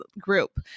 group